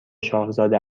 شاهزاده